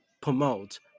promote